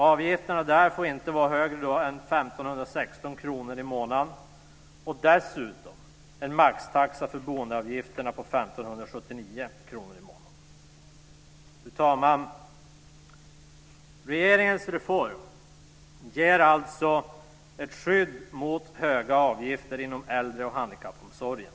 Avgifterna får inte vara högre än 1 516 kr i månaden. Dessutom är det en maxtaxa för boendeavgifterna på Fru talman! Regeringens reform ger alltså ett skydd mot höga avgifter i äldre och handikappomsorgen.